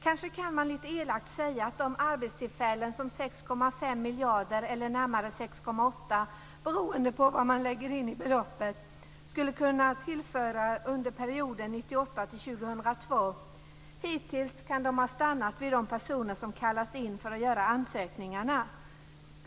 Kanske kan man lite elakt säga att de arbetstillfällen som 6,5 eller närmare 6,8 miljarder, beroende på vad man lägger in i beloppet, skulle kunna tillföra under perioden 1998-2002 hittills kan ha stannat vid de personer som kallats in för att göra ansökningarna.